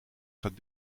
gaat